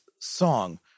song